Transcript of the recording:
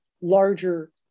larger